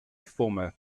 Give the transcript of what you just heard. former